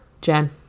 Jen